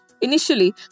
Initially